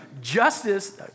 Justice